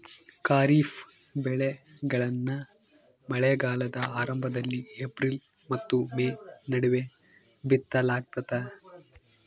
ಖಾರಿಫ್ ಬೆಳೆಗಳನ್ನ ಮಳೆಗಾಲದ ಆರಂಭದಲ್ಲಿ ಏಪ್ರಿಲ್ ಮತ್ತು ಮೇ ನಡುವೆ ಬಿತ್ತಲಾಗ್ತದ